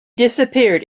disappeared